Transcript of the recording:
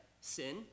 sin